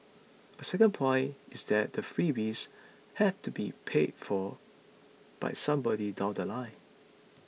a second point is that the freebies have to be paid for by somebody down The Line